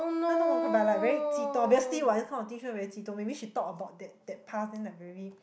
no no but but like very 激动 obviously what this kind of thing sure very 激动 maybe she talk about that that path then like very